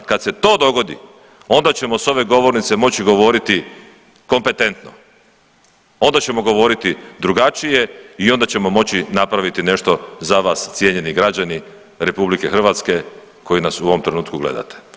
Kad se to dogodi onda ćemo s ove govornice moći govoriti kompetentno, onda ćemo govoriti drugačije i onda ćemo moći napraviti nešto za vas cijenjeni građani RH koji nas u ovom trenutku gledate.